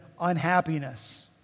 unhappiness